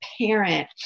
parent